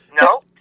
No